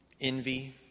envy